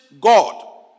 God